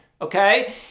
okay